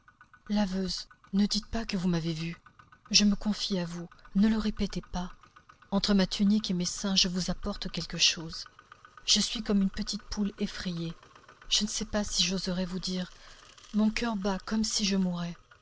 laveuses ne dites pas que vous m'avez vue je me confie à vous ne le répétez pas entre ma tunique et mes seins je vous apporte quelque chose je suis comme une petite poule effrayée je ne sais pas si j'oserai vous dire mon coeur bat comme si je mourais